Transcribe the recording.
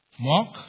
Mark